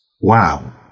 wow